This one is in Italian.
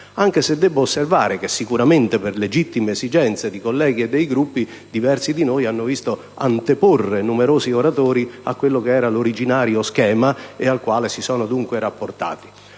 anche osservare che sicuramente, per legittime esigenze dei colleghi e dei Gruppi, diversi di noi hanno visto anteporre numerosi oratori a quello che era l'originario schema al quale si erano rapportati.